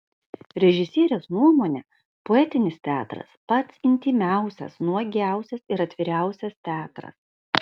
režisierės nuomone poetinis teatras pats intymiausias nuogiausias ir atviriausias teatras